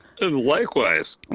Likewise